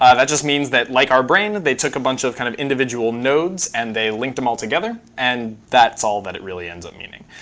ah that just means that, like our brain, they took a bunch of kind of individual nodes and they linked them all together, and that's all that it really ends up meaning.